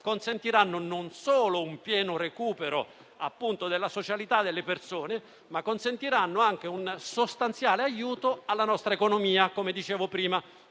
consentirà, non solo un pieno recupero della socialità delle persone, ma darà anche un sostanziale aiuto alla nostra economia, come dicevo prima.